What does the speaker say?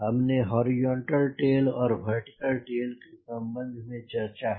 हमने horizontal tail और vertical tail के सम्बन्ध में चर्चा की